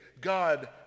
God